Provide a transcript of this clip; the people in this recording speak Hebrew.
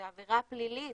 זו עבירה פלילית,